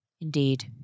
Indeed